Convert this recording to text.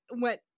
went